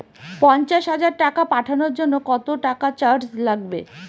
পণ্চাশ হাজার টাকা পাঠানোর জন্য কত টাকা চার্জ লাগবে?